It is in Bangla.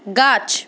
গাছ